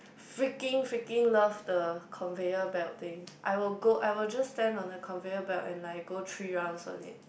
freaking freaking love the conveyor belt thing I will go I will just stand on the conveyor belt and I go three rounds on it